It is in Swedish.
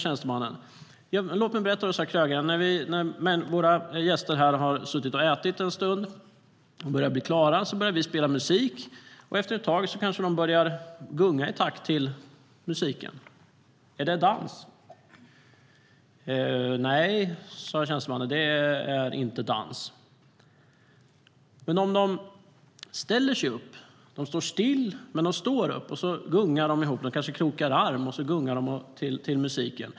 Tjänstemannen sa: Ja. STYLEREF Kantrubrik \* MERGEFORMAT PolisfrågorKrögaren frågade då: Men om de ställer sig upp? De står still, men de står upp. De kanske krokar arm och gungar ihop till musiken.